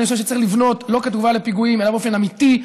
אני חושב שצריך לבנות לא כתגובה לפיגועים אלא באופן אמיתי,